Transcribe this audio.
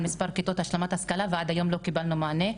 מספר כיתות השלמת השכלה ועד היום לא קיבלנו מענה,